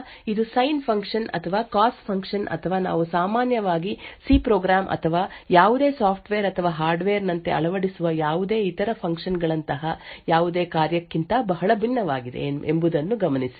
ಆದ್ದರಿಂದ ಇದು sine function ಅಥವಾ ಕಾಸ್ ಫಂಕ್ಷನ್ ಅಥವಾ ನಾವು ಸಾಮಾನ್ಯವಾಗಿ ಸಿ ಪ್ರೋಗ್ರಾಮ್ ಅಥವಾ ಯಾವುದೇ ಸಾಫ್ಟ್ವೇರ್ ಅಥವಾ ಹಾರ್ಡ್ವೇರ್ ನಂತೆ ಅಳವಡಿಸುವ ಯಾವುದೇ ಇತರ ಫಂಕ್ಷನ್ ಗಳಂತಹ ಯಾವುದೇ ಕಾರ್ಯಕ್ಕಿಂತ ಬಹಳ ಭಿನ್ನವಾಗಿದೆ ಎಂಬುದನ್ನು ಗಮನಿಸಿ